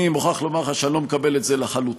אני מוכרח לומר לך שאני לא מקבל את זה לחלוטין,